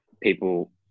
people